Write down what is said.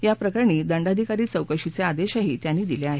या प्रकरणी दंडाधिकारी चौकशीचे आदेशही त्यांनी दिले आहेत